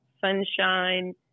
sunshine